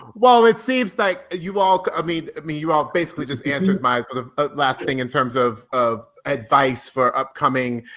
it seems like you all, i mean mean you all basically just answered my sort of last thing in terms of of advice for upcoming,